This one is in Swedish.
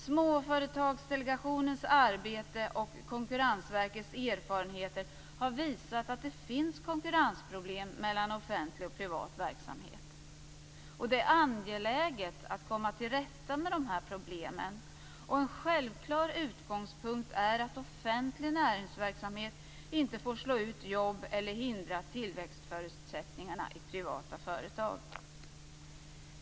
Småföretagsdelegationens arbete och Konkurrensverkets erfarenheter har visat att det finns konkurrensproblem mellan offentlig och privat verksamhet. Det är angeläget att komma till rätta med dessa problem. En självklar utgångspunkt är att offentlig näringsverksamhet inte får slå ut jobb eller hindra tillväxtförutsättningar i privata företag.